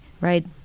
right